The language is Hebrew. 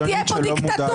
שתהיה פה דיקטטורה.